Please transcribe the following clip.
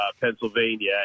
Pennsylvania